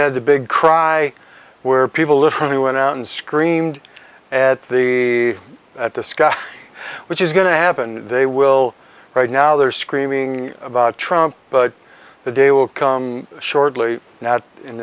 had the big cry where people literally went out and screamed at the at the sky which is going to happen they will right now they're screaming about trump but the day will come shortly now in